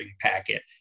packet